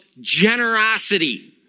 generosity